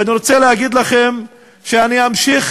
ואני רוצה להגיד לכם שאני אמשיך